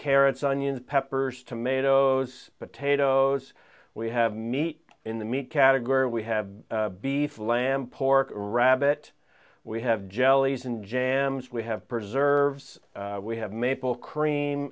carrots onions peppers tomatoes potatoes we have meat in the meat category we have beef lamb pork rabbit we have jellies and jams we have preserves we have maple cr